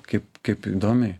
kaip kaip įdomiai